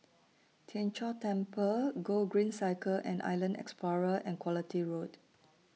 Tien Chor Temple Gogreen Cycle and Island Explorer and Quality Road